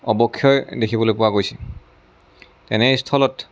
অৱক্ষয় দেখিবলৈ পোৱা গৈছে তেনেস্থলত